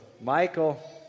Michael